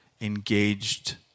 engaged